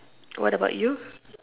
what about you